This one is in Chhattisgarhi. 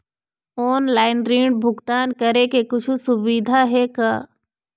ऑनलाइन ऋण भुगतान करे के कुछू सुविधा हे का?